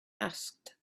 asked